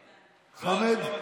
חמד?